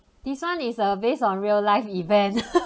this one is err based on real life event